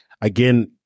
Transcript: again